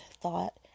thought